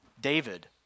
David